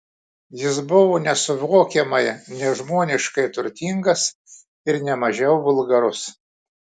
jis buvo nesuvokiamai nežmoniškai turtingas ir ne mažiau vulgarus